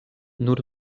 nur